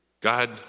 God